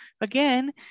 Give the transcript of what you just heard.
again